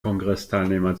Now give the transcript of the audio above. kongressteilnehmer